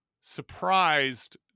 surprised